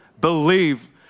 Believe